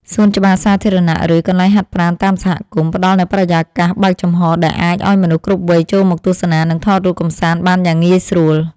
សួនច្បារសាធារណៈ ឬកន្លែងហាត់ប្រាណតាមសហគមន៍ ផ្ដល់នូវបរិយាកាសបើកចំហដែលអាចឱ្យមនុស្សគ្រប់វ័យចូលមកទស្សនា និងថតរូបកម្សាន្តបានយ៉ាងងាយស្រួល។